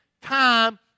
time